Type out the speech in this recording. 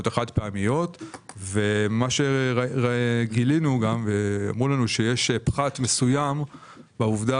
שנייה זה שאמרו לנו שיש פחת מסוים בעובדה